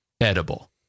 edible